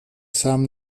sam